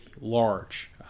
large